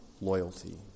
loyalty